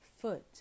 foot